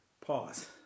pause